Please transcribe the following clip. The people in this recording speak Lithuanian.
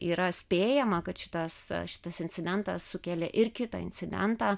yra spėjama kad šitas šitas incidentas sukėlė ir kitą incidentą